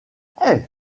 hey